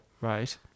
Right